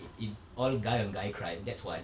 it's all guy on guy crime that's one